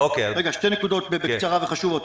שתי נקודות חשובות, בקצרה.